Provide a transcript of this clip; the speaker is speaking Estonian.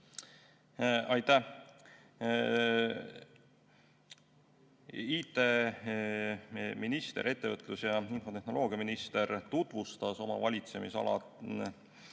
Aitäh! IT‑minister, ettevõtlus‑ ja infotehnoloogiaminister tutvustas oma valitsemisala